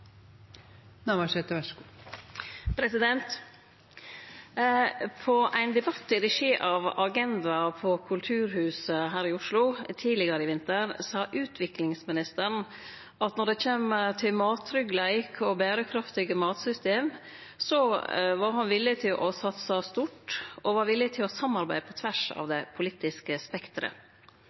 debatt i regi av Agenda på Kulturhuset her i Oslo tidlegare i vinter sa utviklingsministeren at når det kjem til mattryggleik og berekraftige matsystem, var han villig til å satse stort og til å samarbeide på tvers av det politiske